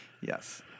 Yes